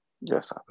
Yes